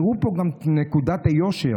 תראו פה גם את נקודת היושר.